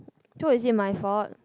so is it my fault